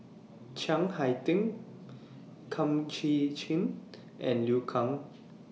Chiang Hai Ding Kum Chee Kin and Liu Kang